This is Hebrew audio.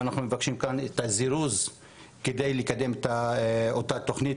ואנחנו מבקשים כאן את הזירוז כדי לקבל את אותה תוכנית,